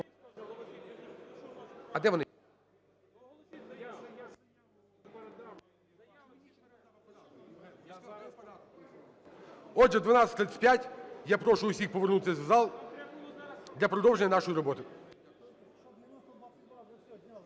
Отже, о 12:35 я прошу усіх повернутися в зал для продовження нашої роботи.